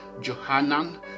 Johanan